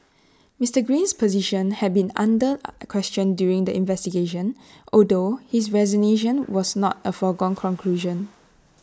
Mister Green's position had been under question during the investigation although his resignation was not A foregone conclusion